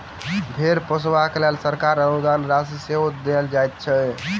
भेंड़ पोसबाक लेल सरकार अनुदान राशि सेहो देल जाइत छै